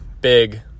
big